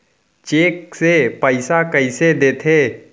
Cheque से पइसा कइसे देथे?